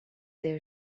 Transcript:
there